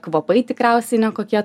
kvapai tikriausiai nekokie